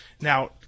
Now